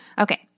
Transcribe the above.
Okay